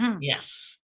Yes